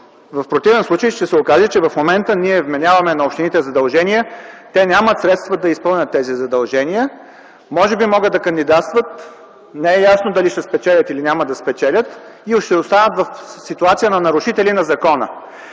В противен случай ще се окаже, че в момента ние вменяваме на общините задължения, а те нямат средства да ги изпълнят. Може би могат да кандидатстват - не е ясно дали ще спечелят, или няма да спечелят, и ще останат в ситуация на нарушители на закона.